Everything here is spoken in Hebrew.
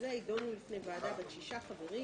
עוד הערה חשובה,